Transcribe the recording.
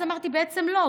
ואז אמרתי בעצם לא,